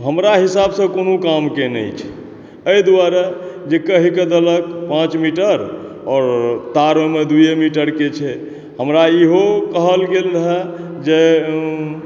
हमरा हिसाब सॅं कोनो काम के नहि छै एहि दुआरे जे कहि के देलक पाँच मीटर आओर तार ओहिमे दूए मीटर के छै हमरा इहो कहल गेल रहल जे